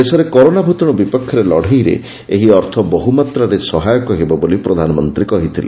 ଦେଶରେ କରୋନା ଭୂତାଣ୍ର ବିପକ୍ଷରେ ଲଢ଼େଇରେ ଏହି ଅର୍ଥ ବହ୍ରମାତ୍ରାରେ ସହାୟକ ହେବ ବୋଲି ପ୍ରଧାନମନ୍ତ୍ରୀ କହିଥିଲେ